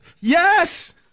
Yes